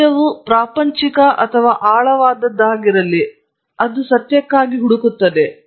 ಸತ್ಯವು ಪ್ರಾಪಂಚಿಕ ಅಥವಾ ಆಳವಾದದ್ದಾಗಿರಲಿ ಅದು ಸತ್ಯಕ್ಕಾಗಿ ಹುಡುಕುತ್ತದೆ